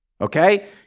Okay